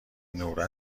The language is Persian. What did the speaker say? نور